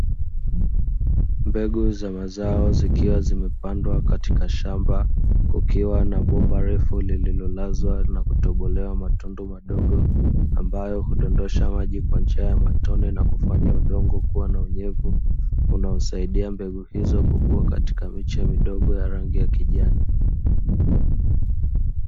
Mbegu za mazao zikiwa zimepandwa katika shamba, kukiwa na bomba refu lile linalolazwa na kutobolewa matundu madogo. ambayo kudondosha maji kwa njia ya matone na kufanya udongo kuwa na unyevu unaosaidia mbegu hizo kukua katika miche midogo ya rangi ya kijani.